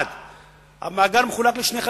1. המאגר מחולק לשני חלקים,